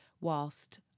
whilst